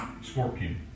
scorpion